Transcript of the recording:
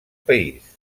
país